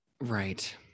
Right